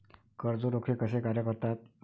कर्ज रोखे कसे कार्य करतात?